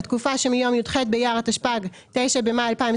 התקופה שמיום י"ח באייר התשפ"ג (9 במאי 2023)